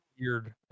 weird